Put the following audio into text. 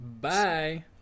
Bye